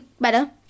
better